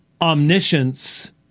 omniscience